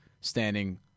standing